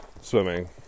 swimming